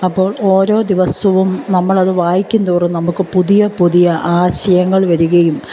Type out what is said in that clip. അപ്പോൾ ഓരോ ദിവസവും നമ്മൾ അത് വായിക്കുന്തോറും നമുക്ക് പുതിയ പുതിയ ആശയങ്ങൾ വരികയും